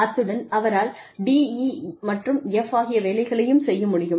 அத்துடன் அவரால் D E மற்றும் F ஆகிய வேலைகளையும் செய்ய முடியும்